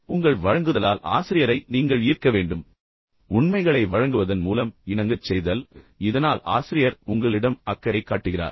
உங்கள் வழங்குதலால் ஆசிரியரை நீங்கள் உண்மையில் ஈர்க்க வேண்டும் உண்மையான உண்மைகளை வழங்குவதன் மூலம் இணங்கச் செய்தல் இதனால் ஆசிரியர் உங்களிடம் அக்கறை காட்டுகிறார்